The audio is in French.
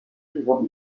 souvent